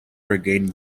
regained